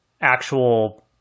actual